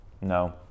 No